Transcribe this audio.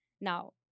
Now